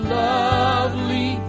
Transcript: lovely